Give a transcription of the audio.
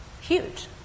huge